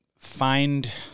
Find